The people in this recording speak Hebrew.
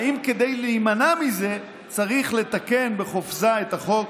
האם כדי להימנע מזה, צריך לתקן בחופזה את החוק.